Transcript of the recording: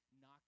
knock